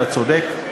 אתה צודק,